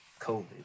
COVID